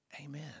Amen